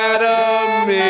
Adam